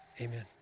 Amen